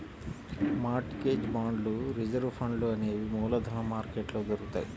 mart gauge బాండ్లు reserve ఫండ్లు అనేవి మూలధన మార్కెట్లో దొరుకుతాయ్